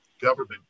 government